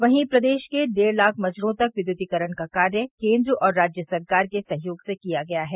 वहीं प्रदेश के डेढ लाख मजरों तक विद्युतीकरण का कार्य केन्द्र और राज्य सरकार के सहयोग से किया गया है